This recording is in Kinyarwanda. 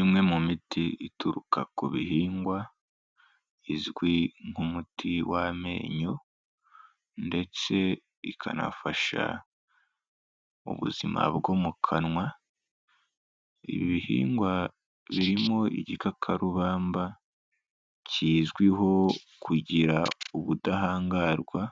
Imwe mu miti ituruka ku bihingwa izwi nk'umuti w'amenyo ndetse ikanafasha ubuzima bwo mu kanwa ibihingwa birimo igikakarubamba kizwiho kugira ubudahangarwa